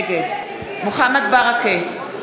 נגד מוחמד ברכה,